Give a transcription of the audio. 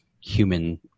human